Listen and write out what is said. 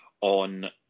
on